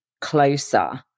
closer